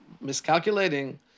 miscalculating